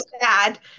sad